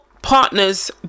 Partner's